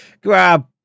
grab